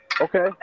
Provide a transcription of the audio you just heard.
Okay